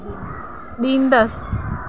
ॾींदसि